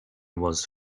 was